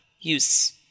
use